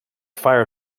fire